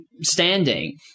standing